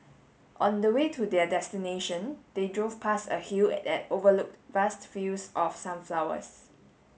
on the way to their destination they drove past a hill that overlooked vast fields of sunflowers